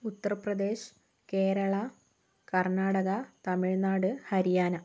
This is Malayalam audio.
ഉത്തർപ്രദേശ് കേരള കർണ്ണാടക തമിഴ്നാട് ഹരിയാന